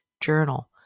Journal